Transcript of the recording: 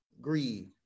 greed